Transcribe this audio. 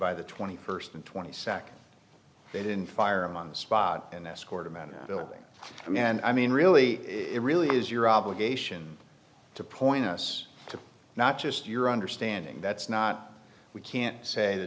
by the twenty first and twenty second they didn't fire him on the spot an escort a man a building and i mean really it really is your obligation to point us to not just your understanding that's not we can't say the